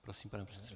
Prosím, pane předsedo.